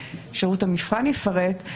שירות המבחן יפרט,